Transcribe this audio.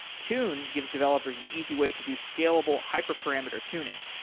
tune gives developers an easy way to do scalable hyperparameter tuning,